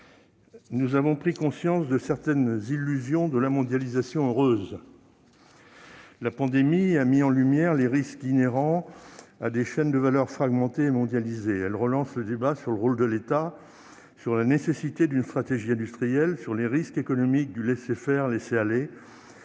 Nous avons pris conscience de certaines illusions de la mondialisation heureuse. La pandémie a mis en lumière les risques inhérents à des chaînes de valeur fragmentées et mondialisées. Elle relance le débat sur le rôle de l'État, la nécessité d'une stratégie industrielle, et les risques économiques du « laisser-faire, laisser-aller ».